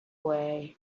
way